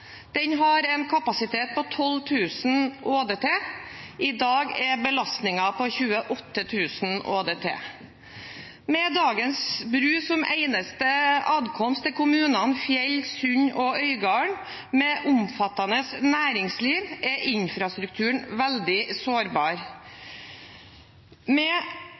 Den har en kapasitet på 12 000 ÅDT, i dag er belastningen 28 000 ÅDT. Med dagens bru som eneste adkomst til kommunene Fjell, Sund og Øygarden – med et omfattende næringsliv – er infrastrukturen veldig sårbar. Med